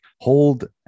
hold